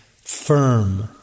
firm